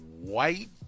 white